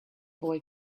boy